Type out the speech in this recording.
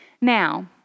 Now